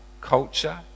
culture